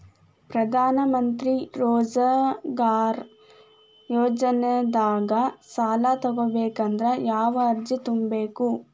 ಪ್ರಧಾನಮಂತ್ರಿ ರೋಜಗಾರ್ ಯೋಜನೆದಾಗ ಸಾಲ ತೊಗೋಬೇಕಂದ್ರ ಯಾವ ಅರ್ಜಿ ತುಂಬೇಕು?